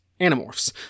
Animorphs